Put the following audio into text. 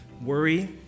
Worry